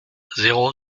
zéro